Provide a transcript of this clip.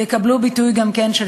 יקבל גם כן ביטוי,